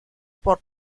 por